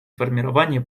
формирование